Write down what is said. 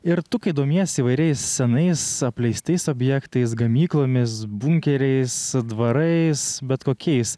ir tu kai domiesi įvairiais senais apleistais objektais gamyklomis bunkeriais dvarais bet kokiais